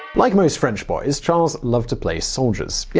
like most french boys, charles loved to play soldiers. yeah